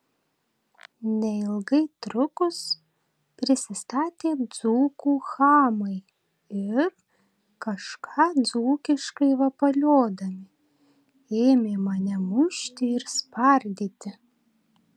neilgai trukus prisistatė dzūkų chamai ir kažką dzūkiškai vapaliodami ėmė mane mušti ir spardyti